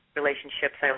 relationships